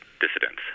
dissidents